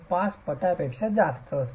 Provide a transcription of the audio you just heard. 5 पटांपेक्षा जास्त असते